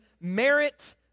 merit